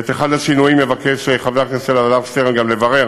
ואת אחד השינויים מבקש חבר הכנסת אלעזר שטרן גם לברר,